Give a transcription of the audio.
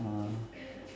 ah